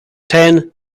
ten